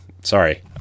Sorry